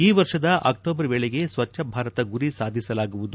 ಈ ವರ್ಷದ ಅಕ್ವೋಬರ್ ವೇಳೆಗೆ ಸ್ವಚ್ಟ ಭಾರತ ಗುರಿ ಸಾಧಿಸಲಾಗುವುದು